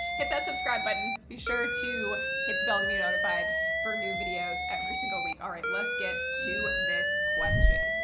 hit that subscribe button, be sure to hit the bell to be notified for new videos every single week. all right, let's get to this question.